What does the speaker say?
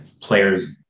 players